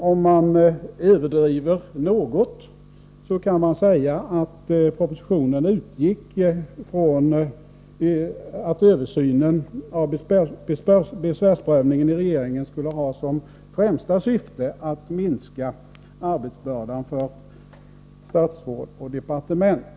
För att överdriva något kan man säga att propositionen utgick från att översynen av besvärsprövningen i regeringen skulle ha som främsta syfte att minska arbetsbördan för statsråd och departement.